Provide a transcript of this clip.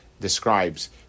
describes